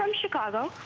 um chicago,